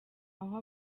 aho